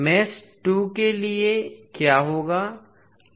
मेष 2 के लिए क्या होगा